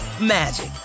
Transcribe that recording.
magic